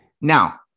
now